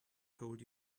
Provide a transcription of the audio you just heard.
told